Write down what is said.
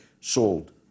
sold